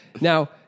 Now